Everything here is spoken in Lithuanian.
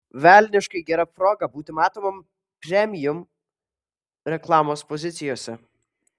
velniškai gera proga būti matomam premium reklamos pozicijose